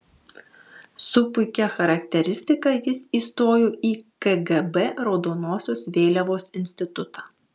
su puikia charakteristika jis įstojo į kgb raudonosios vėliavos institutą